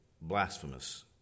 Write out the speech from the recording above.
blasphemous